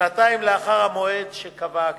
שנתיים לאחר המועד שקבעה הכנסת.